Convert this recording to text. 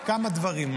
כמה דברים.